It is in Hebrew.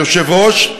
היושב-ראש,